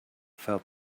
felt